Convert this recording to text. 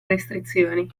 restrizioni